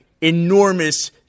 enormous